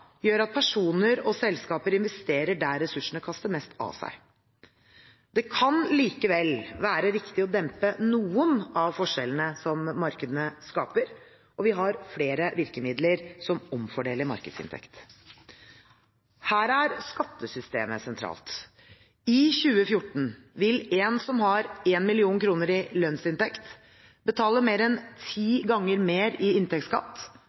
gjør at personer og selskaper investerer der ressursene kaster mest av seg. Det kan likevel være riktig å dempe noen av forskjellene som markedene skaper, og vi har flere virkemidler som omfordeler markedsinntekt. Her er skattesystemet sentralt. I 2014 vil en som har 1 mill. kr i lønnsinntekt, betale mer enn ti ganger mer i inntektsskatt